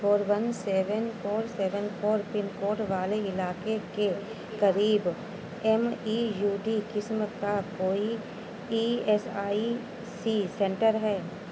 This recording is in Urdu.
four one seven four seven four pin code والے علاقے کے قریب ایم ای یو ڈی قسم کا کوئی E S I C centre ہے